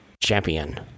Champion